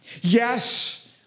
yes